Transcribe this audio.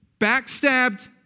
backstabbed